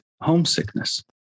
homesickness